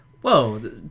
Whoa